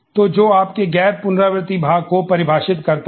तो जो आपके गैर पुनरावर्ती भाग को परिभाषित करता है